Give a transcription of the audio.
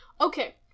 okay